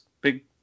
big